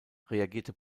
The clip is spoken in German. reagierte